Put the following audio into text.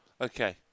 Okay